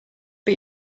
but